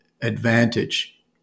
advantage